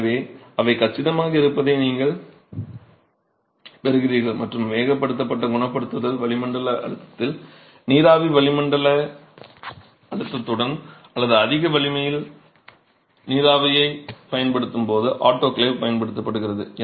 எனவே அவை கச்சிதமாக இருப்பதை நீங்கள் பெறுகிறீர்கள் மற்றும் வேகப்படுத்தப்பட்ட குணப்படுத்துதல் வளிமண்டல அழுத்தத்தில் நீராவி வளிமண்டல அழுத்தத்துடன் அல்லது அதிக அழுத்தத்தில் நீராவியைப் பயன்படுத்தும் போது ஆட்டோகிளேவ் பயன்படுத்தப்படுகிறது